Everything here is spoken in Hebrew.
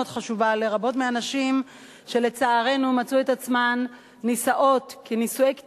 חשובה לרבות מהנשים שלצערנו מצאו את עצמן נישאות בנישואי קטינות,